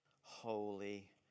holy